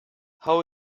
how